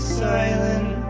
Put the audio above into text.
silent